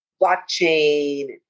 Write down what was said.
blockchain